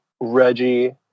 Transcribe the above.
Reggie